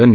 लं